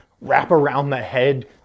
wrap-around-the-head